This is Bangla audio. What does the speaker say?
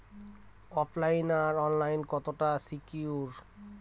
ওফ লাইন আর অনলাইন কতটা সিকিউর?